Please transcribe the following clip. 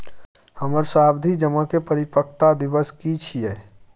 हमर सावधि जमा के परिपक्वता दिवस की छियै?